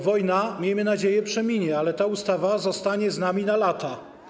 Wojna, miejmy nadzieję, przeminie, ale ta ustawa zostanie z nami na lata.